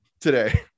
today